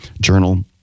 journal